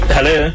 Hello